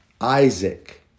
Isaac